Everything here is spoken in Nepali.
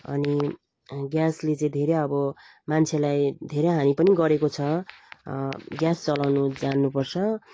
अनि ग्यासले चाहिँ धेरै अब मान्छेलाई धेरै हानि पनि गरेको छ ग्यास चलाउनु जान्नुपर्छ